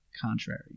contrary